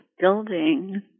building